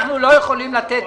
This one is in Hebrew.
אנחנו לא יכולים לתת